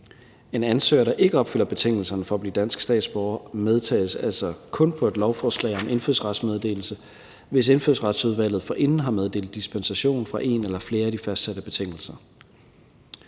En ansøger, der ikke opfylder betingelserne for at blive dansk statsborger, medtages altså kun på et lovforslag om indfødsrets meddelelse, hvis Indfødsretsudvalget forinden har meddelt dispensation fra en eller flere af de fastsatte betingelser.